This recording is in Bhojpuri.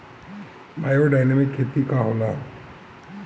बायोडायनमिक खेती का होला?